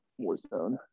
Warzone